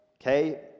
okay